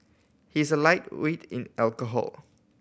he's a lightweight in alcohol